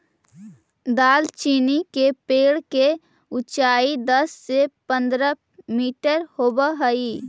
दालचीनी के पेड़ के ऊंचाई दस से पंद्रह मीटर होब हई